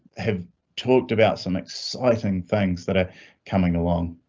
have talked about some exciting things that are coming along.